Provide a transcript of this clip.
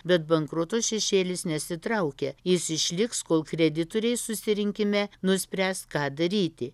bet bankroto šešėlis nesitraukia jis išliks kol kreditoriai susirinkime nuspręs ką daryti